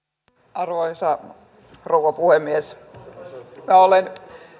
arvoisa rouva puhemies olen